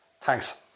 thanks